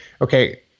okay